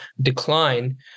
decline